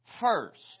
first